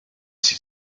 sin